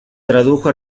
tradujo